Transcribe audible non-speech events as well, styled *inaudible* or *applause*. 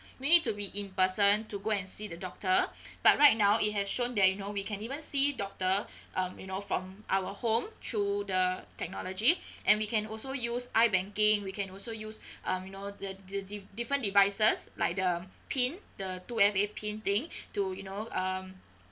we need to be in person to go and see the doctor *breath* but right now it has shown that you know we can even see doctor *breath* um you know from our home through the technology *breath* and we can also use i banking we can also use *breath* um you know the the di~ different devices like the pin the two F_A pin thing *breath* to you know um